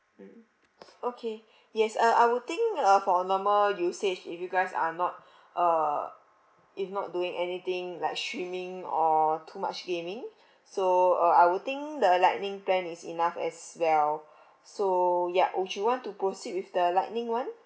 mm okay yes uh I would think uh for normal usage if you guys are not uh if not doing anything like streaming or too much gaming so uh I would think the lightning plan is enough as well so yup would you want to proceed with the lightning one